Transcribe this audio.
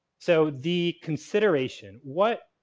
so, the consideration. what.